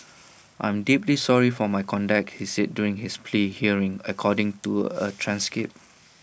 I am deeply sorry for my conduct he said during his plea hearing according to A transcript